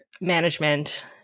management